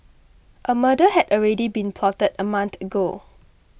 a murder had already been plotted a month ago